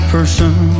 person